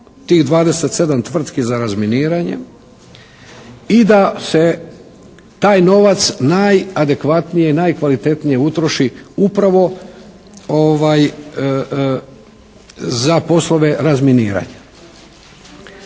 tih 27 tvrtki za razminiranje i da se taj novac najadekvatnije, najkvalitetnije utroši upravo za poslove razminiranja.